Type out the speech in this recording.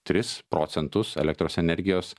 tris procentus elektros energijos